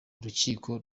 urukiko